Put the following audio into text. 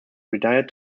retired